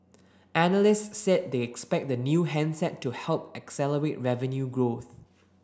analysts said they expect the new handset to help accelerate revenue growth